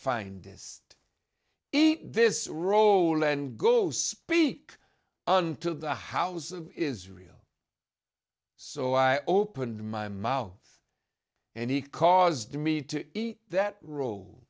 find this eat this roll and go speak unto the house of israel so i opened my mouth and he caused me to eat that rule